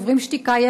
שוברים שתיקה,